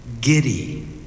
Giddy